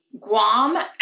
Guam